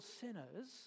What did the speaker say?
sinners